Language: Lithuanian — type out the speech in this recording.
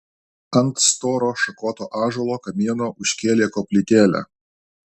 ant storo šakoto ąžuolo kamieno užkėlė koplytėlę